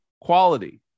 quality